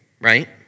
right